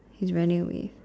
he's running away